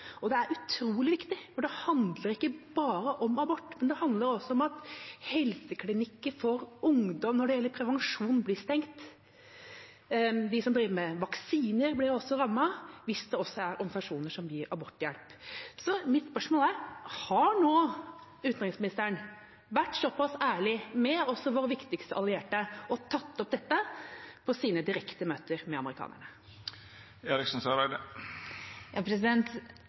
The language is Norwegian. er utrolig viktig, for det handler ikke bare om abort – det handler også om at helseklinikker for ungdom blir stengt i forbindelse med prevensjon. De som driver med vaksiner, blir også rammet – hvis det er organisasjoner som også gir aborthjelp. Så mitt spørsmål er: Har nå utenriksministeren vært såpass ærlig – også med vår viktigste allierte – at hun har tatt opp dette på sine direkte møter med amerikanerne?